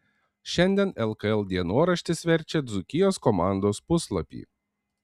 šiandien lkl dienoraštis verčia dzūkijos komandos puslapį